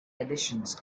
editions